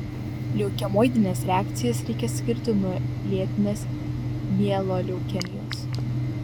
leukemoidines reakcijas reikia skirti nuo lėtinės mieloleukemijos